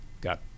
got